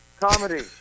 comedy